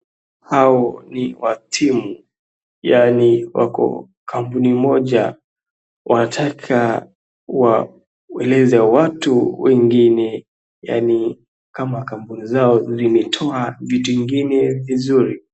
Hao ni wa timu yaani wako kampuni moja, wanataka waeleze watu wengine yaani kama kampuni zao imetoa vitu ingine vizuri.